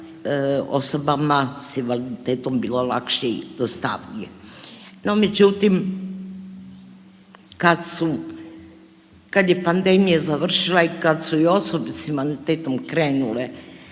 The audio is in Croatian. osobama s invaliditetom bilo lakše i jednostavnije. No međutim kad su, kad je pandemija završila i kad su i osobe s invaliditetom krenule